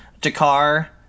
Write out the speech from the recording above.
Dakar